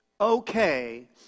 okay